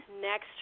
next